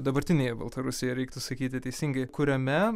dabartinėje baltarusijoj reiktų sakyti teisingai kuriame